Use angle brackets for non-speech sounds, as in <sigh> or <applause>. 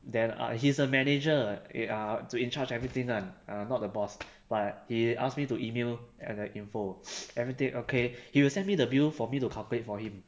then err he's a manager eh uh to in charge everything [one] err not the boss but he ask me to email the info <noise> everything okay he will send me the bill for me to calculate for him